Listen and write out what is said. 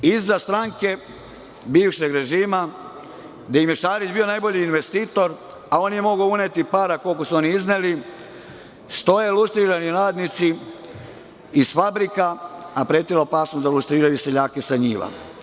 Iza stranke bivšeg režima, gde im je Šarić bio najbolji investitor, a on nije mogao uneti para koliko su oni izneli, stoje radnici iz fabrika, a preti opasnost da lustriraju seljake sa njiva.